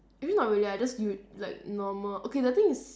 actually not really lah I just use like normal okay the thing is